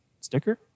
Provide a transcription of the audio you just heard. Sticker